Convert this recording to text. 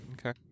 Okay